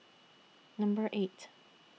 Number eight